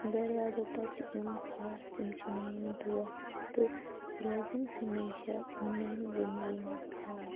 گھرٕ والیٛو پَتہٕ یِم خاص تِم چھِ میٛٲنۍ دوست تہٕ روزیٚن ہمیشہ میٛانہِ زِندگی منٛز خاص